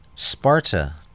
Sparta